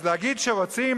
אז להגיד כשרוצים